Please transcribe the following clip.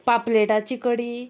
पापलेटाची कडी